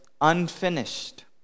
unfinished